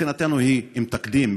מבחינתנו היא עם תקדים,